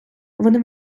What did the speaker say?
вони